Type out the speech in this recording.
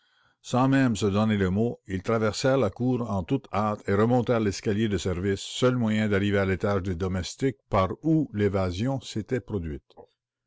sans même se donner le mot ils traversèrent la cour en toute hâte et remontèrent l'escalier de service seul moyen d'arriver à l'étage des domestiques par où l'évasion s'était produite